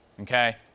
okay